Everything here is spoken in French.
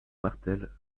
martel